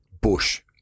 bush